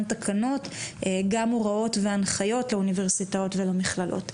תקנות גם הוראות והנחיות לאוניברסיטאות ולמכללות.